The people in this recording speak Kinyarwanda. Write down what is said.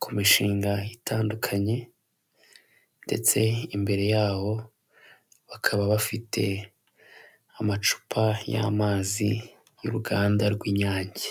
ku mishinga itandukanye ndetse imbere yaho bakaba bafite amacupa y'amazi y'uruganda rw'Inyange.